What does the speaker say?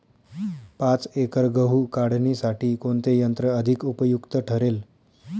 पाच एकर गहू काढणीसाठी कोणते यंत्र अधिक उपयुक्त ठरेल?